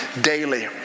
daily